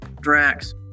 Drax